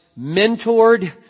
mentored